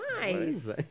Nice